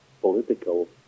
political